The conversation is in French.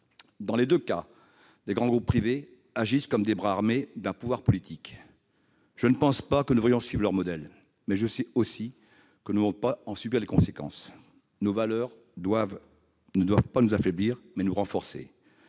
Dans les deux cas, de grands groupes privés agissent comme les bras armés d'un pouvoir politique. Je ne pense pas que nous devions suivre leur modèle, mais je sais aussi que nous ne devons pas en subir les conséquences. Nos valeurs doivent non pas nous affaiblir, mais nous renforcer.